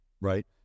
right